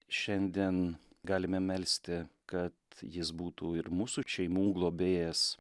šiandien galime melsti kad jis būtų ir mūsų šeimų globėjas